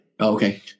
Okay